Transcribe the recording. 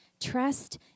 Trust